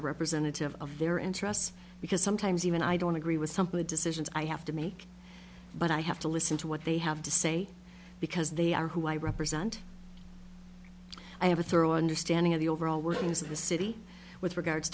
are representative of their interests because sometimes even i don't agree with something or decisions i have to make but i have to listen to what they have to say because they are who i represent i have a thorough understanding of the overall workings of the city with regards